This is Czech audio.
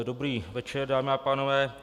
Dobrý večer, dámy a pánové.